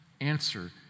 answer